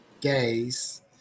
gays